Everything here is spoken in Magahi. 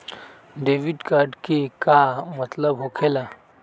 डेबिट कार्ड के का मतलब होकेला?